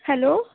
hello